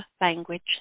language